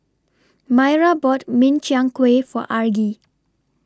Maira bought Min Chiang Kueh For Argie